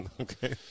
Okay